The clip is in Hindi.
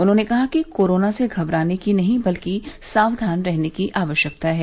उन्होंने कहा कि कोरोना से घबराने की नहीं बल्कि सावधान रहने की आवश्यकता है